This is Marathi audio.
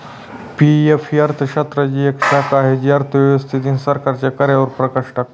पी.एफ ही अर्थशास्त्राची एक शाखा आहे जी अर्थव्यवस्थेतील सरकारच्या कार्यांवर प्रकाश टाकते